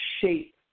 shape